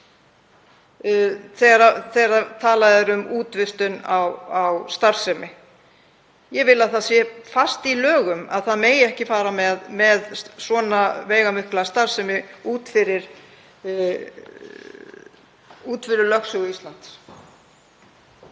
þegar talað er um útvistun á starfsemi. Ég vil að það sé fast í lögum að ekki megi fara með svona veigamikla starfsemi út fyrir lögsögu Íslands.